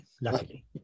luckily